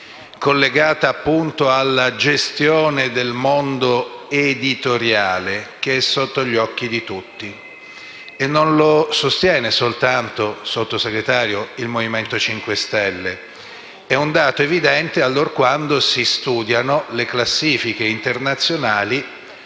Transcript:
collegata appunto alla gestione del mondo editoriale che è sotto gli occhi di tutti. Questo non lo sostiene soltanto il Movimento 5 Stelle, ma è un dato evidente allorquando si studiano le classifiche internazionali,